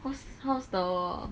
how's how's the